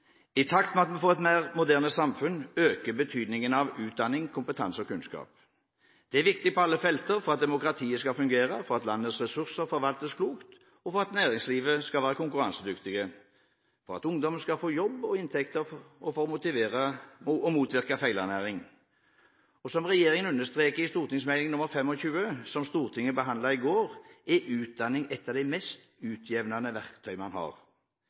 I takt med at vi får et mer moderne samfunn, øker betydningen av utdanning, kompetanse og kunnskap. Det er viktig på alle felter – for at demokratiet skal fungere, for at landets ressurser forvaltes klokt, for at næringslivet skal være konkurransedyktig, for at ungdom skal få jobb og inntekt og for å motvirke feilernæring. Som regjeringen understreker i Meld. St. 25 for 2012–2013, som Stortinget behandlet i går, er utdanning et av de mest utjevnende verktøy man har.